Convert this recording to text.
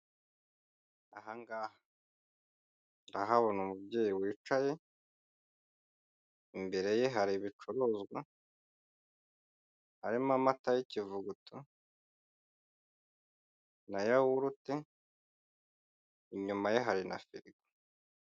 Aha ngaha ndahabona umubyeyi wicaye, imbere ye hari ibicuruzwa, harimo amata y'ikivuguto na yawurute, inyuma ye hari na firigo.